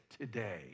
today